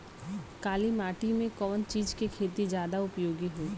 काली माटी में कवन चीज़ के खेती ज्यादा उपयोगी होयी?